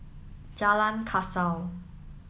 Jalan Kasau